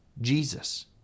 Jesus